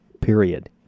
Period